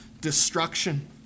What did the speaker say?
destruction